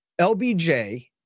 LBJ